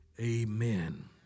Amen